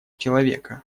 человека